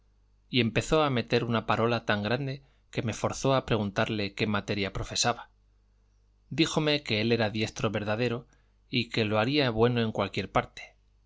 y empezó a meter una parola tan grande que me forzó a preguntarle qué materia profesaba díjome que él era diestro verdadero y que lo haría bueno en cualquiera parte